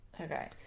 Okay